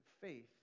faith